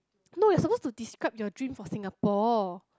no you're supposed to describe your dream for Singapore